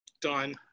done